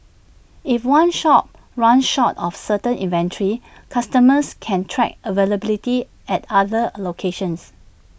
if one shop runs short of certain inventory customers can track availability at other locations